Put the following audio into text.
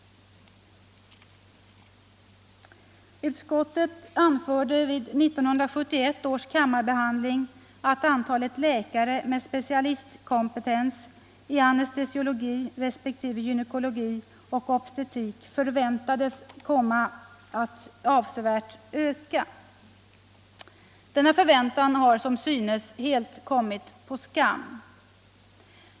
Utskottet anförde vid 1971 års kammarbehandling att antalet läkare med specialistkompetens i anestesiologi respektive gynekologi och obstetrik förväntades komma att avsevärt öka. Denna förväntan har som synes helt kommit på skam.